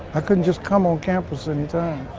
i couldn't just come on campus and